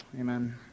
Amen